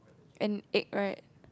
and egg right